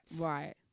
Right